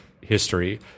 history